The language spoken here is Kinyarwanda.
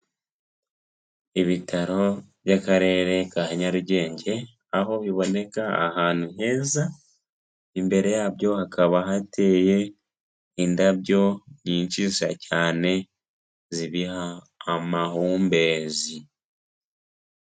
Ibitaro by'akarere ka Nyarugenge, aho biboneka ahantu heza, imbere yabyo hakaba hateye indabyo nyinshiza cyane zibiha amahumbezi.